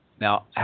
Now